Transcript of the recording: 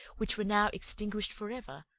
which were now extinguished for ever,